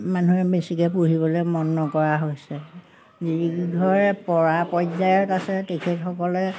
মানুহে বেছিকৈ পোহিবলৈ মন নকৰা হৈছে যি কেইঘৰে পৰা পৰ্যায়ত আছে তেখেতসকলে